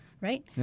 right